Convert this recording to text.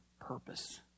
purpose